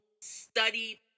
study